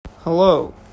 hello